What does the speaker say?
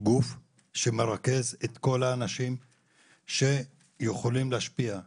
גוף שמרכז את כל האנשים שיכולים להשפיע,